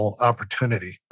opportunity